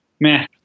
Meh